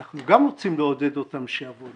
אנחנו גם רוצים לעודד אותם שיבואו,